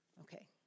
Okay